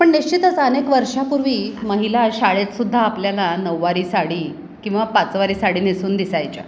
पण निश्चितच अनेक वर्षांपूर्वी महिला शाळेत सुद्धा आपल्याला नऊवारी साडी किंवा पाचवारी साडी नेसून दिसायच्या